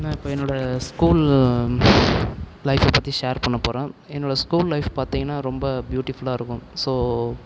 நான் இப்போ என்னோடய ஸ்கூல் லைஃப்பை பற்றி ஷேர் பண்ணப்போகிறேன் என்னோடய ஸ்கூல் லைஃப் பார்த்திங்கன்னா ரொம்ப பியூட்டிஃபுல்லாக இருக்கும் ஸோ